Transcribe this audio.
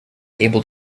able